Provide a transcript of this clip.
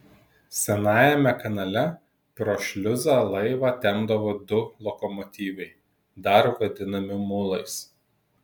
senajame kanale pro šliuzą laivą tempdavo du lokomotyvai dar vadinami mulais